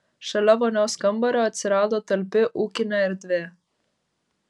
šalia vonios kambario atsirado talpi ūkinė erdvė